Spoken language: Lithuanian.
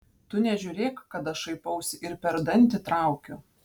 tu nežiūrėk kad aš šaipausi ir per dantį traukiu